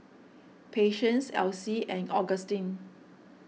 Patience Alcie and Agustin